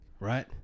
Right